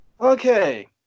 Okay